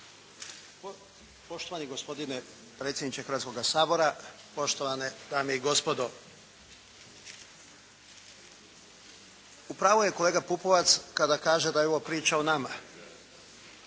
Poštovani gospodine predsjedniče Hrvatskoga sabora, poštovane dame i gospodo. U pravu je kolega Pupovac kada kaže da je ovo priča o nama.